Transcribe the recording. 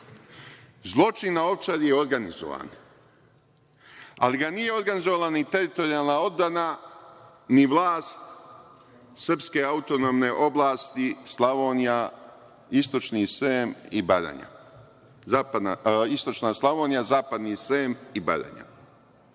Zločin na Ovčari je organizovan, ali ga nije organizovala ni teritorijalna odbrana, ni vlast srpske autonomne oblasti Istočna Slavonija, Zapadni Srem i Baranja,